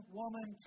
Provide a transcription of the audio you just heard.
woman